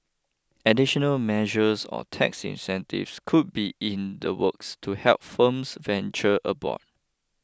additional measures or tax incentives could be in the works to help firms venture abroad